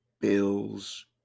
bills